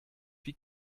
wie